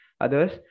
others